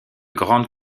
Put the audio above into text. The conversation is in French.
grandes